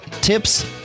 tips